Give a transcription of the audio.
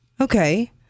Okay